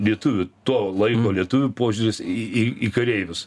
lietuvių to laiko lietuvių požiūris į į į kareivius